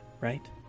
right